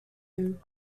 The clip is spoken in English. him